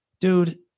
dude